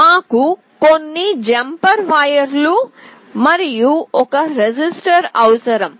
మాకు కొన్ని జంపర్ వైర్లు మరియు ఒక రెసిస్టర్ అవసరం